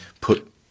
put